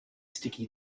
sticky